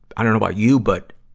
i don't know about you, but,